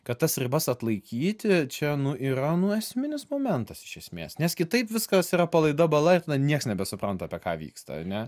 kad tas ribas atlaikyti čia nuo yra nu esminis momentas iš esmės nes kitaip viskas yra palaida bala ir nieks nebesupranta apie ką vyksta ane